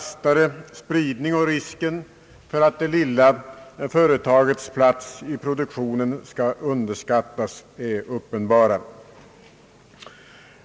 starkare förankring, och riskerna för att det lilla företagets plats i produktionen skall underskattas är uppenbara.